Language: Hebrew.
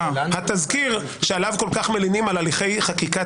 התזכיר שעליו כל כך מלינים על הליכי חקיקה